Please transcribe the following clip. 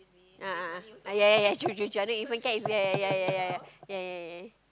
ah ah ah ya ya ya true true true I know infant care is there ya ya ya ya ya